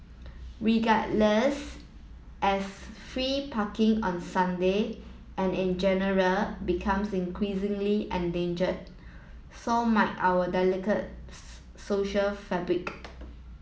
regardless as free parking on Sunday and in general becomes increasingly endangered so might our delicate social fabric